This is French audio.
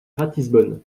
ratisbonne